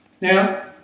Now